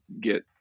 get